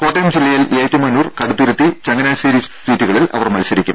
കോട്ടയം ജില്ലയിൽ ഏറ്റുമാനൂർ കടുത്തുരുത്തി ചങ്ങനാശേരി സീറ്റുകളിൽ അവർ മൽസരിക്കും